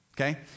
Okay